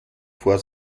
vor